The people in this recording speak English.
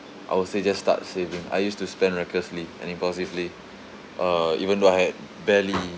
I would say just start saving I used to spend recklessly and impulsively uh even though I had barely